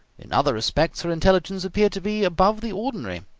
in other respects her intelligence appeared to be above the ordinary.